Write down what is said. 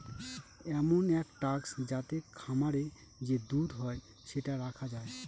এমন এক ট্যাঙ্ক যাতে খামারে যে দুধ হয় সেটা রাখা যায়